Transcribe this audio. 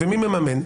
ומי מממן,